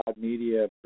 Media